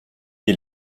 est